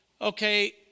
okay